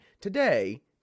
today